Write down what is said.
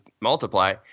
multiply